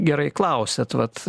gerai klausiat vat